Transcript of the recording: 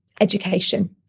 education